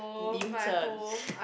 Newton